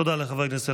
תודה לחבר הכנסת